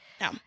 No